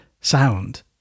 sound